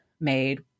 made